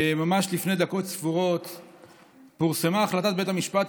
ממש לפני דקות ספורות פורסמה החלטת בית המשפט